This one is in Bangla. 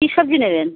কী সবজি নেবেন